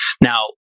Now